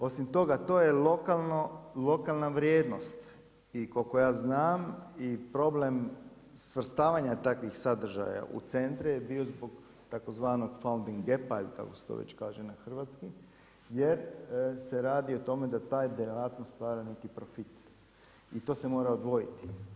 Osim toga to je lokalna vrijednost i koliko ja znam i problem svrstavanja takvih sadržaja u centre je bio zbog tzv. … ili kako se to već kaže na hrvatski jer se radi o tome da taj … stvara neki profit i to se mora odvojiti.